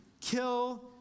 kill